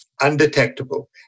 undetectable